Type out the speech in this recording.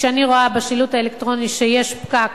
וכאשר אני רואה בשילוט האלקטרוני שיש פקק